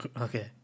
Okay